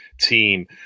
team